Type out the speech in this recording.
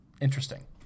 interesting